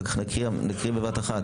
אחר כך נקריא בבת אחת.